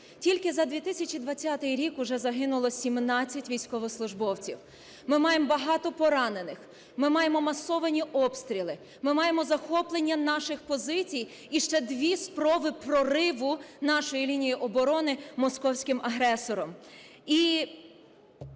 тільки за 2020 рік вже загинуло 17 військовослужбовців. Ми маємо багато поранених. Ми маємо масовані обстріли. Ми маємо захоплення наших позицій і ще дві спроби прориву нашої лінії оборони московським агресором.